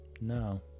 No